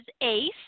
ACE